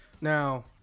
now